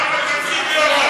למה אתה הורס לו?